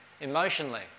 emotionally